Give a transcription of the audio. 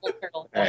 turtle